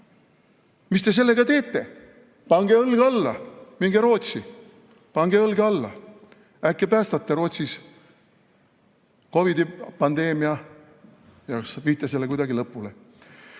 Mis te sellega teete? Pange õlg alla! Minge Rootsi, pange õlg alla, äkki päästate Rootsis COVID-i pandeemia ja viite selle kuidagi lõpule. Vaat